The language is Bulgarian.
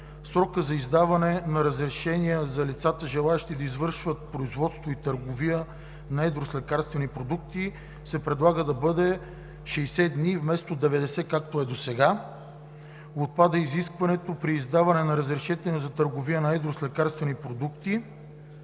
Срокът за издаване на разрешения за лицата, желаещи да извършват производство и търговия на едро с лекарствени продукти, се предлага да бъде 60 дни, вместо 90 дни, както е досега. Отпада изискването при издаване на разрешение за търговия на едро с лекарствени продукти